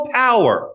power